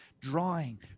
drawing